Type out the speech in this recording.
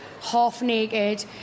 half-naked